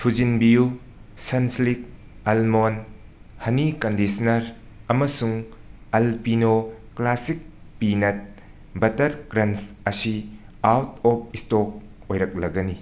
ꯊꯨꯖꯤꯟꯕꯤꯌꯨ Sunsilk almond ꯍꯅꯤ conditioner ꯑꯃꯁꯨꯡ Alpino classic peanut butter crunch ꯑꯁꯤ ꯑꯥꯎꯠ ꯑꯣꯞ ꯁ꯭ꯇꯣꯛ ꯑꯣꯏꯔꯛꯂꯒꯅꯤ